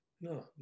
No